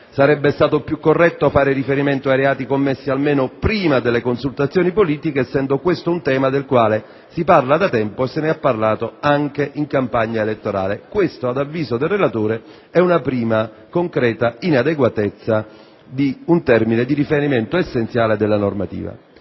Sarebbe stato più corretto far riferimento ai reati commessi almeno prima delle consultazioni politiche, essendo questo un tema del quale si parla da tempo e di cui si è parlato anche in campagna elettorale. Questa, ad avviso del relatore, è una prima concreta inadeguatezza di un termine di riferimento essenziale della normativa.